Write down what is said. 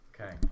Okay